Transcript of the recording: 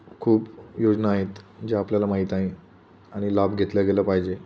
खूप योजना आहेत ज्या आपल्याला माहीत आहे आणि लाभ घेतला गेला पाहिजे